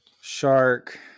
Shark